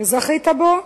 וזכית בו,